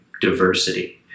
diversity